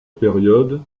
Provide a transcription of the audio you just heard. période